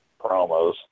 promos